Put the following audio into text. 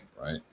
right